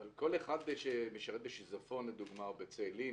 אבל כל אחד שמשרת בשיזפון לדוגמה או בצאלים,